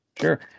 Sure